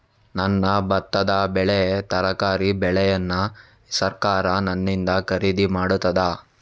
ನನ್ನ ಭತ್ತದ ಬೆಳೆ, ತರಕಾರಿ ಬೆಳೆಯನ್ನು ಸರಕಾರ ನನ್ನಿಂದ ಖರೀದಿ ಮಾಡುತ್ತದಾ?